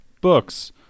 books